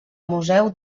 museu